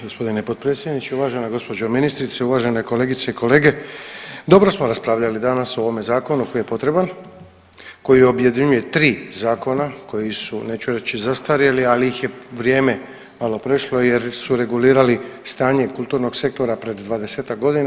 Gospodine potpredsjedniče, uvažena gospođo ministrice, uvažene kolegice i kolege, dobro smo raspravljali o ovome zakonu koji je potreban, koji objedinjuje tri zakona koji su neću reći zastarjeli ali ih je vrijeme malo prešlo jer su regulirali stanje kulturnog sektora pred dvadesetak godina.